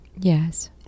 yes